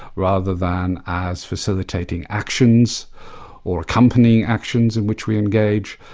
rather than as facilitating actions or accompanying actions in which we engage.